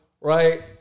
Right